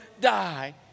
die